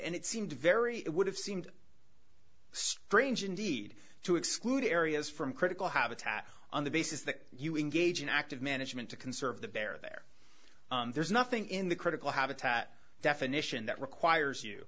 and it seemed very it would have seemed strange indeed to exclude areas from critical habitat on the basis that you engage in active management to conserve the bear there there's nothing in the critical habitat definition that requires you